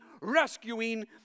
rescuing